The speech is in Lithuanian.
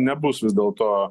nebus vis dėlto